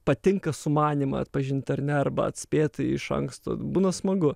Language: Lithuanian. patinka sumanymą atpažint ar ne arba atspėt iš anksto būna smagu